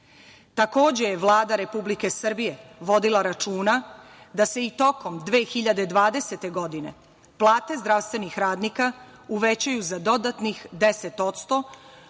1,5%.Takođe, je Vlada Republike Srbije vodila računa da se i tokom 2020. godine, plate zdravstvenih radnika uvećaju za dodatnih 10%,